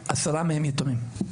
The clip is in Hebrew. עשרה מהם יתומים.